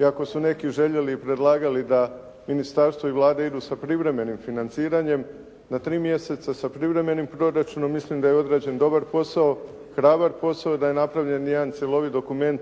Iako su neki željeli, predlagali da ministarstvo i Vlada idu sa privremenim financiranjem na tri mjeseca sa privremenim proračunom mislim da je odrađen dobar posao, hrabar posao i da je napravljen jedan cjelovit dokument